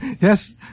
Yes